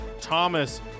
Thomas